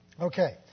Okay